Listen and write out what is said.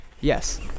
Yes